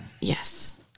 Yes